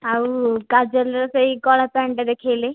ଆଉ କାଜଲ୍ର ସେଇ କଳା ପ୍ୟାଣ୍ଟଟା ଦେଖେଇଲେ